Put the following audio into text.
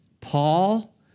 Paul